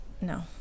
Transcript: No